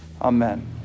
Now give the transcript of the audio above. Amen